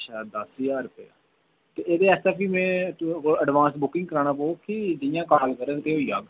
ते अच्छा दस्स ज्हार रपेआ ते अच्चा एह्दे आस्तै में एडवांस बुकिंग कराना पौग की जियां कॉल करग ते होई जाह्ग